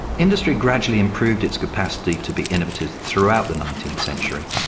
industry gradually improved its capacity to be innovative throughout the nineteenth century.